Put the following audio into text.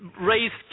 raised